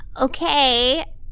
okay